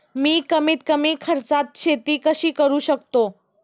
मी कमीत कमी खर्चात शेती कशी करू शकतो?